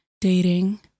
Dating